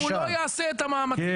אם הוא לא יעשה את המאמצים --- כי